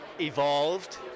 evolved